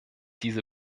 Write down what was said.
diese